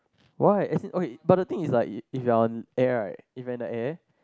why as in okay but the thing is like if you are on air right if you are in the air